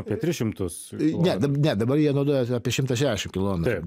apie tris šimtus ne ne dabar jie naudoja apie šimta šešiasdešimt kilometrų